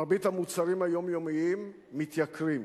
מרבית המוצרים היומיומיים מתייקרים.